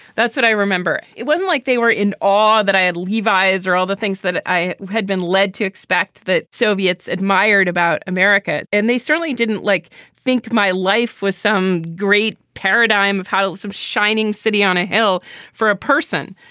that's what i remember. it wasn't like they were in all that i had levi's or all the things that i had been led to expect the soviets admired about america. and they certainly didn't like think my life was some great paradigm of how some shining city on a hill for a person.